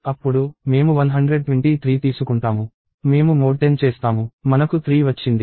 అప్పుడు మేము 123 తీసుకుంటాము మేము మోడ్ 10 చేస్తాము మనకు 3 వచ్చింది